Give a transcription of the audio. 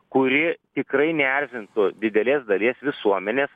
kuri tikrai neerzintų didelės dalies visuomenės